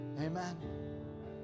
Amen